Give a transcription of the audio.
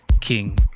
King